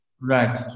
Right